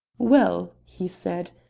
well, he said,